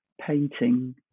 painting